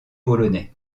polonais